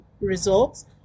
results